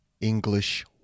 English